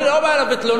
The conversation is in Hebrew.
אני לא בא אליו בתלונות,